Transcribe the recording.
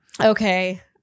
Okay